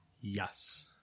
Yes